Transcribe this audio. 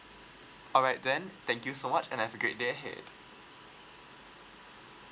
alright then thank you so much and have a great day ahead